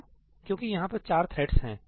क्यों क्योंकि यहां पर 4 थ्रेड्स है